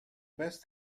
best